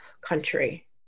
country